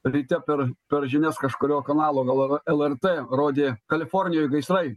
ryte per per žinias kažkurio kanalo gal lrt rodė kalifornijoj gaisrai